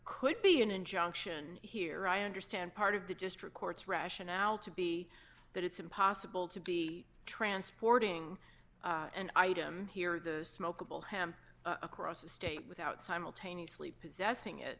could be an injunction here i understand part of the district court's rationale to be that it's impossible to be transporting an item here the smokable him across the state without simultaneously possessing it